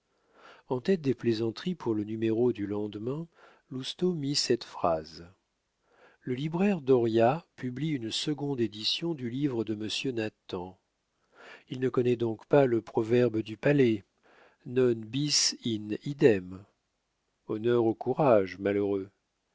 en tête des plaisanteries pour le numéro du lendemain lousteau mit cette phrase le libraire dauriat publie une seconde édition du livre de monsieur nathan il ne connaît donc pas le proverbe du palais non bis in idem honneur au courage malheureux